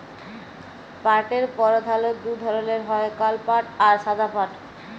পাটের পরধালত দু ধরলের হ্যয় কাল পাট আর সাদা পাট